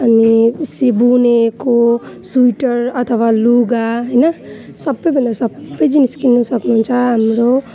अनि उसले बुनेको स्विटर अथवा लुगा होइन सबैभन्दा सबै जिनिस किन्नु सक्नुहुन्छ हाम्रो